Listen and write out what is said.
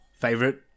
favorite